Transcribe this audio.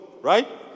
right